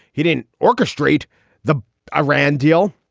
he didn't orchestrate the iran deal.